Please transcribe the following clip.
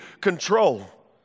control